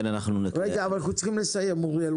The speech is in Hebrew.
רגע, אבל אנחנו צריכים לסיים אוריאל.